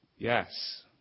Yes